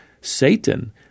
Satan